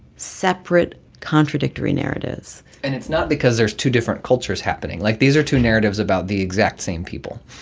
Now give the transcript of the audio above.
separate, contradictory narratives and it's not because there's two different cultures happening. like, these are two narratives about the exact same people